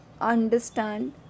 understand